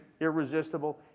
irresistible